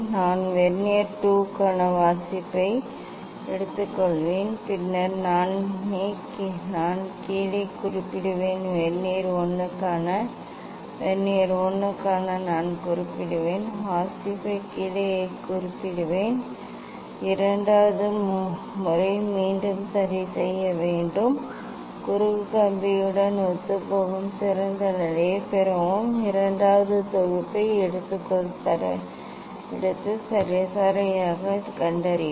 நான் வெர்னியர் 2 க்கான வாசிப்பை எடுத்துக்கொள்வேன் பின்னர் நான் கீழே குறிப்பிடுவேன் வெர்னியர் 1 க்கான வெர்னியர் 1 க்காக நான் குறிப்பிடுவேன் வாசிப்பை கீழே குறிப்பிடுவேன் இரண்டாவது முறை மீண்டும் சரிசெய்ய முயற்சிக்கவும் குறுக்கு கம்பியுடன் ஒத்துப்போகும் சிறந்த நிலையைப் பெறவும் இரண்டாவது தொகுப்பை எடுத்து சராசரியைக் கண்டறியவும்